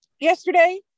yesterday